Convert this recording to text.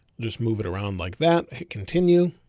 just move it around like that hit continue